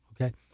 Okay